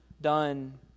done